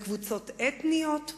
לקבוצות אתניות.